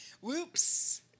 whoops